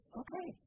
okay